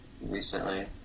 recently